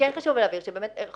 כן חשוב להבהיר שכל